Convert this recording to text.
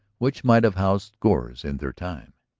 which might have housed scores in their time.